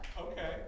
Okay